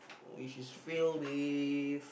which is filled with